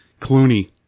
clooney